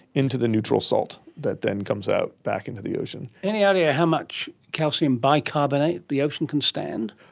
into the neutral salt that then comes out back into the ocean. any idea how much calcium bicarbonate the ocean can stand?